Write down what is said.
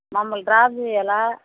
మమ్మల్ని డ్రాప్ చెయ్యాలి